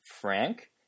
Frank